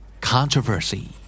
Controversy